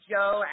Joe